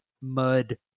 mud